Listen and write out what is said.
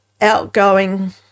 outgoing